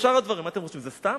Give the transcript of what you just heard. ושאר הדברים, מה אתם חושבים, זה סתם?